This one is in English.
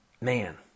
man